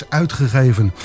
uitgegeven